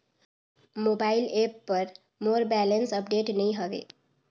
mobile app पर मोर balance update नई हवे